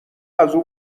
ازاو